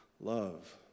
love